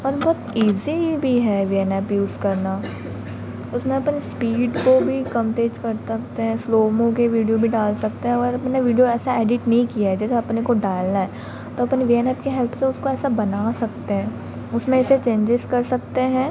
और बहुत ईज़ी भी है वी एन ऐप यूज़ करना उसमें अपन इस्पीड को भी कम तेज़ कर सकते हैं स्लो मो के वीडियो भी डाल सकते हैं और अपने विडियो ऐसे एडिट नहीं किया जैसे अपने को डालना है तो अपन वी एन ऐप की हेल्प से उसको ऐसा बना सकते हैं उसमें ऐसे चेंजेस कर सकते हैं